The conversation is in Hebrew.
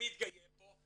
יתגייר פה,